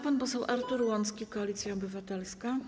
Pan poseł Artur Łącki, Koalicja Obywatelska.